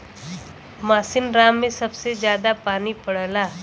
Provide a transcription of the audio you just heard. मासिनराम में सबसे जादा पानी पड़ला